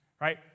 right